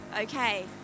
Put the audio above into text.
Okay